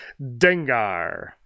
Dengar